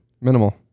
Minimal